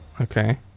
okay